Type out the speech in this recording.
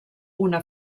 una